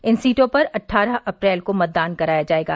इन सीटों पर अट्ठारह अप्रैल को मतदान कराया जायेगा